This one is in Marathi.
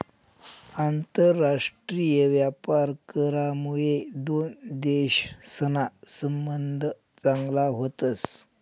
आंतरराष्ट्रीय व्यापार करामुये दोन देशसना संबंध चांगला व्हतस